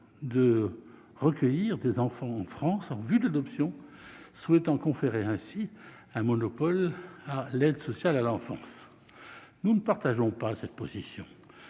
de recueillir des enfants en France en vue de l'adoption, souhaitant conférer ainsi un monopole à l'aide sociale à l'enfance. Nous ne partageons pas cette position.